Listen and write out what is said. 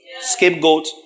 Scapegoat